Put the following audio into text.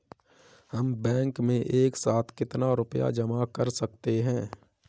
हम बैंक में एक साथ कितना रुपया जमा कर सकते हैं?